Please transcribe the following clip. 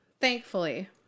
thankfully